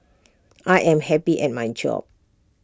I am happy at my job